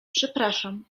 przepraszam